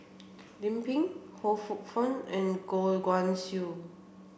Lim Pin Ho Poh Fun and Goh Guan Siew